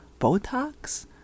Botox